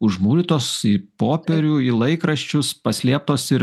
užmūrytos į popierių į laikraščius paslėptos ir